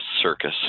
circus